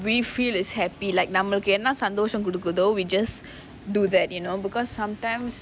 we feel is happy like நம்ம என்ன சந்தோஷம் குடுக்குதோ:namma enna sandosham kudukutho we just do that you know because sometimes